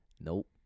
Nope